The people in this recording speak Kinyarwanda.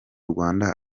rwanda